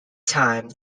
time